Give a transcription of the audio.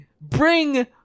bring